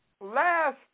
last